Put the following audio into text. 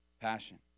passion